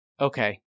Okay